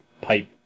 pipe